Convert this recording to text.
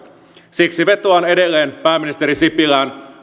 siksi vetoan edelleen pääministeri sipilään